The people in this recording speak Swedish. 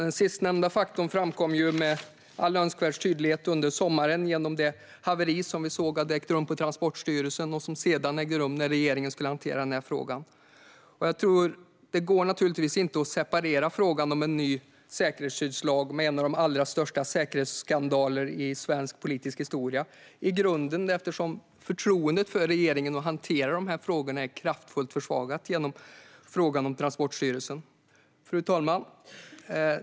Det sistnämnda framkom ju med all önskvärd tydlighet under förra sommaren genom det haveri som hade ägt rum på Transportstyrelsen och det som sedan ägde rum när regeringen skulle hantera frågan. Det går naturligtvis inte att separera frågan om en ny säkerhetsskyddslag från en av de allra största säkerhetskandalerna i svensk politisk historia. I grunden blir det så eftersom förtroendet för den här regeringen när det gäller att hantera de här frågorna är kraftigt försvagat på grund av frågan om Transportstyrelsen. Fru talman!